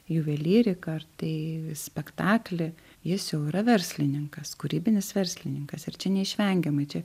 juvelyriką ar tai spektaklį jis jau yra verslininkas kūrybinis verslininkas ir čia neišvengiamai čia